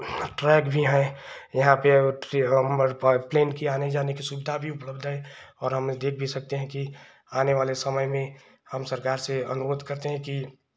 track भी हैं यहाँ पे ट्रैक पर प्लेन की आने जाने की सुविधा भी उपलब्ध है और हम वे देख भी सकते हैं कि आनेवाले समय में हम सरकार से अनुरोध करते हैं कि